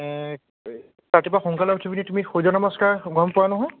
ৰাতিপুৱা সোনকালে উঠি পিনে তুমি সূৰ্য নমষ্কাৰ গম পোৱা নহয়